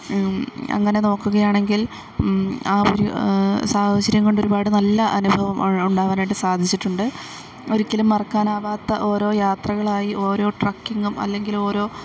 അങ്ങനെ നോക്കുകയാണെങ്കിൽ ആ ഒരു സാഹചര്യം കൊണ്ട് ഒരുപാട് നല്ല അനുഭവം ഉണ്ടാവാനായിട്ടു സാധിച്ചിട്ടുണ്ട് ഒരിക്കലും മറക്കാനാവാത്ത ഓരോ യാത്രകളായി ഓരോ ട്രക്കിങ്ങും അല്ലെങ്കിൽ ഓരോ